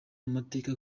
amateka